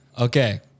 Okay